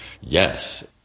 yes